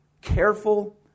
careful